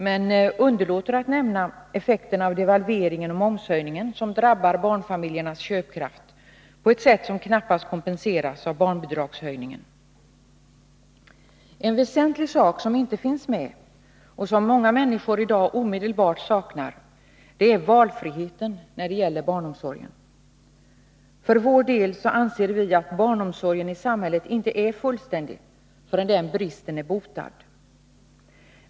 Men han underlåter att nämna effekterna av devalveringen och momshöjningen, som drabbar barnfamiljernas köpkraft på ett sådant sätt att barnbidragshöjningen knappast kan innebära en kompensation. En väsentlig sak, som inte finns med och som många människor i dag direkt saknar, är valfriheten när det gäller barnomsorgen. Vi anser att barnomsorgen i samhället är ofullständig så länge man inte kommit till rätta med den bristen.